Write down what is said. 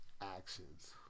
actions